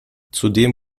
zudem